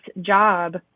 job